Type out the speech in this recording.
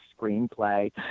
screenplay